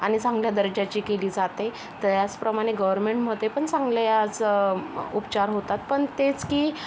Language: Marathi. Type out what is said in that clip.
आणि चांगल्या दर्जाची केली जाते त्याचप्रमाणे गवरमेंटमध्ये पण चांगले याच उपचार होतात पण तेच की